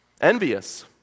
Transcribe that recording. envious